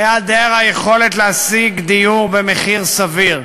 היעדר היכולת להשיג דיור במחיר סביר.